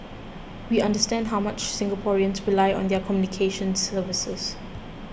we understand how much Singaporeans rely on their communications services